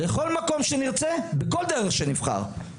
"לכל מקום שנרצה, בכל דרך שנבחר".